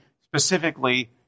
specifically